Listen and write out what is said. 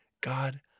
God